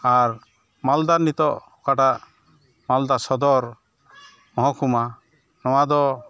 ᱟᱨ ᱢᱟᱞᱫᱟ ᱱᱤᱛᱚᱜ ᱚᱠᱟᱴᱟᱜ ᱢᱟᱞᱫᱟ ᱥᱚᱫᱚᱨ ᱢᱚᱦᱚᱠᱩᱢᱟ ᱱᱚᱣᱟᱫᱚ